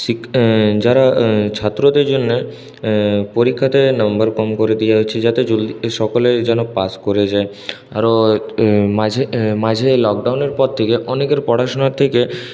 শিক্ষা যারা ছাত্রদের জন্য পরীক্ষাতে নম্বর কম করে দেওয়া হয়েছে যাতে সকলে যেন পাশ করে যায় আরও মাঝে মাঝে লকডাউনের পর থেকে অনেকের পড়াশুনার থেকে